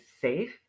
safe